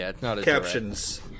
captions